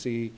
c